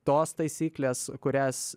tos taisyklės kurias